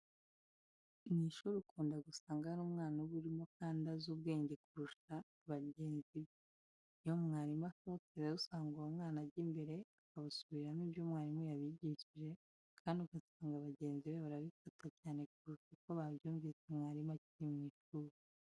Mu ishuri ukunda gusanga hari umwana uba urimo kandi azi ubwenge kurusha bagenzi. Iyo mwarimu asohotse rero usanga uwo mwana ajya imbere akabasubiriramo ibyo mwarimu yabigishije kandi ugasanga bagenzi be barabifata cyane kurusha uko babyumvise mwarimu akiri mu ishuri.